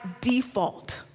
default